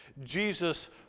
Jesus